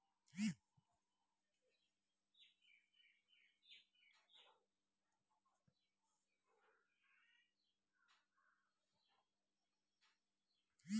अल्हुआ, अल्लु, मुरय आ सुथनी सनक फसल ट्युबर फसलक उदाहरण छै